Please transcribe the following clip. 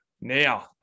now